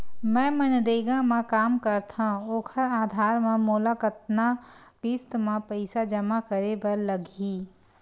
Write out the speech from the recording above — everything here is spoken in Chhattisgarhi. मैं मनरेगा म काम करथव, ओखर आधार म मोला कतना किस्त म पईसा जमा करे बर लगही?